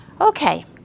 Okay